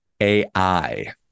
AI